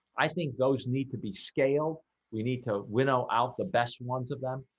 i think those need to be scaled we need to winnow out the best ones of them,